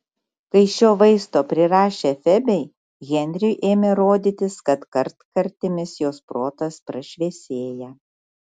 kai šio vaisto prirašė febei henriui ėmė rodytis kad kartkartėmis jos protas prašviesėja